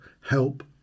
help